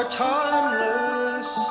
timeless